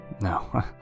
No